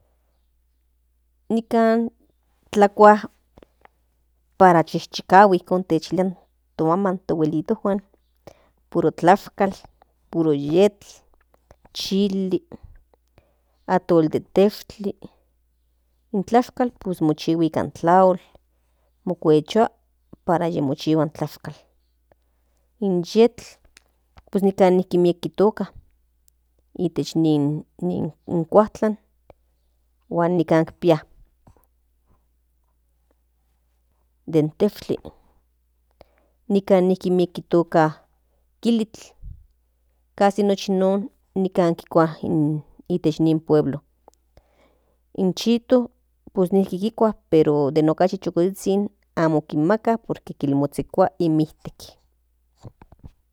tlakua para tikchichikahui non toa in abuelintojuan puro tlashkal puro yetl chili atl de teshkli in tlashkal mochihua nikan nikan tlaol mokuechua para yimochihua in tlashkal in yetl pues nikan miek tiktoka itech in cuajtlan huan nikan pia den teshkli nikan miek tiktoka kilitl casi nochi non kikua itech nin pueblo in chito pues nijk kikua pero de okachi chukozhizhin amo kinmaka por que kinmozhekua inni ijtek.